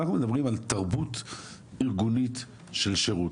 אנחנו מדברים על תרבות ארגונית של שירות.